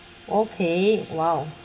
okay !wow!